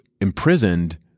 imprisoned